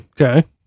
Okay